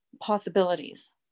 possibilities